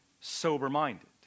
sober-minded